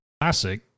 classic